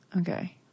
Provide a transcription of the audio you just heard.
Okay